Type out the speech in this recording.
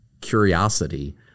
curiosity